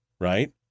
right